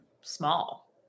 small